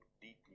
deeply